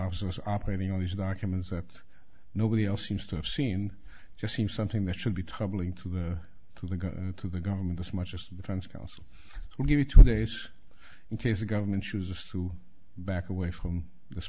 officers operating all these documents that nobody else seems to have seen just seems something that should be troubling to the to the go to the government as much as the defense counsel will give you two days in case the government chooses to back away from this